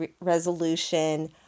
resolution